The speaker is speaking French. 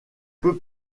peu